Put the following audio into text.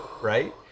right